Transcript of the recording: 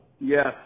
yes